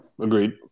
Agreed